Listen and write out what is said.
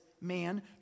man